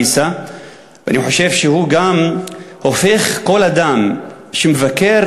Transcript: ואני חושב שהוא גם הופך כל אדם שמבקר